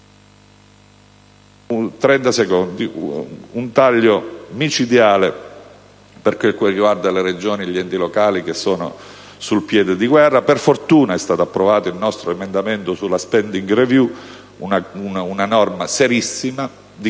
inoltre, un taglio micidiale per quanto riguarda le Regioni e gli enti locali, che sono sul piede di guerra. Per fortuna, è stato approvato il nostro emendamento sulla *spending review*: una norma serissima,